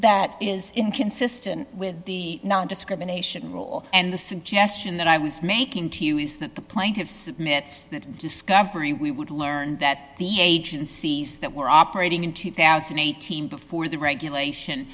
that is inconsistent with the nondiscrimination rule and the suggestion that i was making to you is that the plaintiffs admits that discovery we would learn that the agencies that were operating in two thousand and eighteen before the regulation